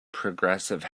progressive